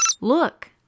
Look